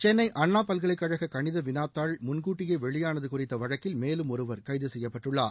சென்னை அண்ணாப் பல்கலைக் கழக கணித வினாத்தாள் முன்கூட்டியே வெளியானது குறித்த வழக்கில் மேலும் ஒருவர் கைது செய்யப்பட்டுள்ளார்